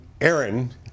Aaron